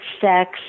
sex